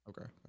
Okay